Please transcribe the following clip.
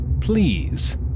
please